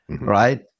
right